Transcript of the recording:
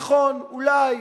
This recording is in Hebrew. נכון, אולי.